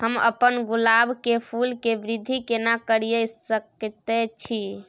हम अपन गुलाब के फूल के वृद्धि केना करिये सकेत छी?